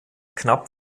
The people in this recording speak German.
knapp